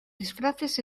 disfraces